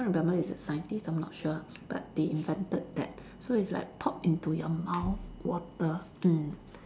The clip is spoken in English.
can't remember it's a scientist I'm not sure but they invented that so it's like pop into your mouth water mm